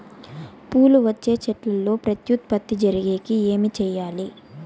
పూలు వచ్చే చెట్లల్లో ప్రత్యుత్పత్తి జరిగేకి ఏమి చేయాలి?